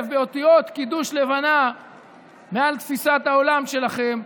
באותיות קידוש לבנה מעל תפיסת העולם שלכם.